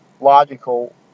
logical